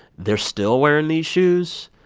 they're still wearing these shoes.